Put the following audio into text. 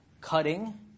Cutting